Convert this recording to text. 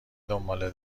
دنباله